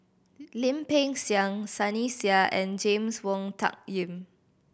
Lim Peng Siang Sunny Sia and James Wong Tuck Yim